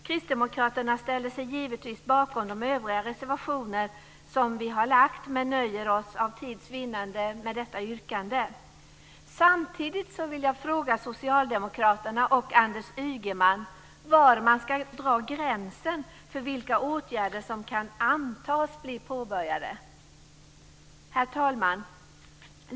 Kristdemokraterna ställer sig givetvis bakom övriga reservationer från Kristdemokraterna, men nöjer oss för tids vinnande med detta yrkande. Samtidigt vill jag fråga Socialdemokraterna och Anders Ygeman var man ska dra gränsen för vilka åtgärder som kan antas bli påbörjade. Herr talman!